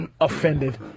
offended